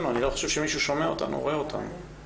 אני פותח מחדש את הדיון שלא הצלחנו לפתוח.